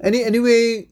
any anyway